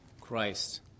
Christ